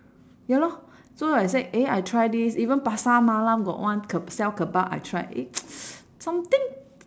ya lor so I said eh I try this even pasar malam got one ke~ sell kebab I tried eh something